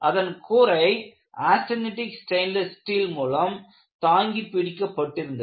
அதன் கூரை austenitic stainless steel மூலம் தாங்கிப்பிடிக்கப்பட்டிருந்தது